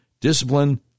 discipline